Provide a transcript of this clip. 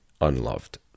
unloved